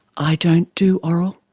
i don't do oral,